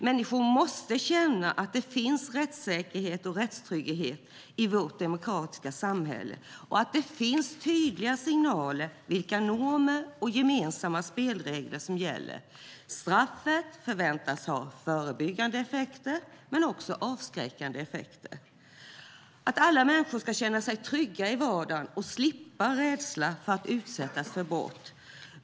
Människor måste känna att det finns rättssäkerhet och rättstrygghet i vårt demokratiska samhälle och att det finns tydliga signaler om vilka normer och gemensamma spelregler som gäller. Straffet förväntas ha förebyggande effekter men också avskräckande effekter. Alla människor ska känna sig trygga i vardagen och slippa rädsla för att utsättas för brott.